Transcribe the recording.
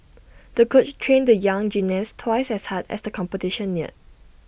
the coach trained the young gymnast twice as hard as the competition neared